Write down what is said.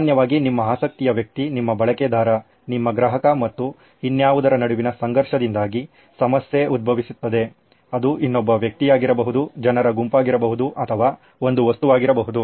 ಸಾಮಾನ್ಯವಾಗಿ ನಿಮ್ಮ ಆಸಕ್ತಿಯ ವ್ಯಕ್ತಿ ನಿಮ್ಮ ಬಳಕೆದಾರ ನಿಮ್ಮ ಗ್ರಾಹಕ ಮತ್ತು ಇನ್ನಾವುದರ ನಡುವಿನ ಸಂಘರ್ಷದಿಂದಾಗಿ ಸಮಸ್ಯೆ ಉದ್ಭವಿಸುತ್ತದೆ ಅದು ಇನ್ನೊಬ್ಬ ವ್ಯಕ್ತಿಯಾಗಿರಬಹುದು ಜನರ ಗುಂಪಾಗಿರಬಹುದು ಅಥವಾ ಒಂದು ವಸ್ತುವಾಗಿರಬಹುದು